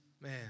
man